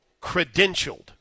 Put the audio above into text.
Credentialed